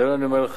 אני אומר לך,